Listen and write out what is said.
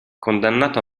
condannato